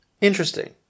Interesting